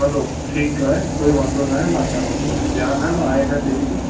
हलो ठीकु आहे कोइ वांदो न आहे मां अचांव थो मूंखे ध्यानु आहे मां आयल आहियां पहिरीं बि